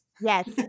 yes